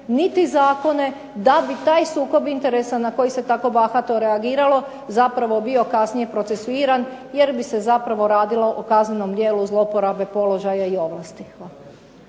niti zakone da bi taj sukob interesa na koji se tako bahato reagiralo zapravo bio kasnije procesuiran jer bi se zapravo radilo o kaznenom djelu zloporabe položaja i ovlasti.